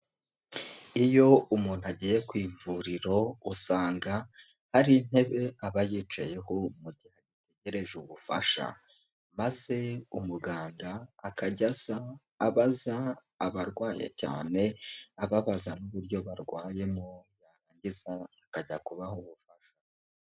Iyo umuntu agiye ku ivuriro usanga hari intebe aba yicayeho mu gihe ategereje ubufasha, maze umuganga akajya aza abaza abarwawanya cyane, ababaza n'uburyo barwayemo, yarangiza akajya kubaha ubufasha.